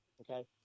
Okay